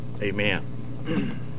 Amen